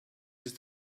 ist